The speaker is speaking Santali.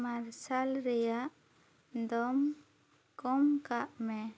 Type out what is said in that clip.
ᱢᱟᱨᱥᱟᱞ ᱨᱮᱭᱟᱜ ᱫᱚᱢ ᱠᱚᱢ ᱠᱟᱜ ᱢᱮ